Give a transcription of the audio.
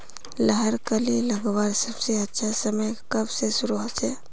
लहर कली लगवार सबसे अच्छा समय कब से शुरू होचए?